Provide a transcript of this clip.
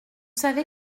savez